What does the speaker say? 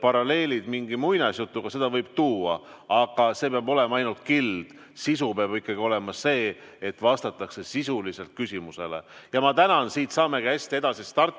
paralleel mingi muinasjutuga, siis seda võib tuua, aga see peab olema ainult kild. Sisu peab olema ikkagi see, et vastatakse sisuliselt küsimusele. Ma tänan! Siit saamegi hästi edasi startida.